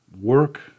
work